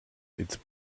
it’s